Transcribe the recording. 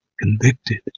convicted